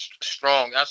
strong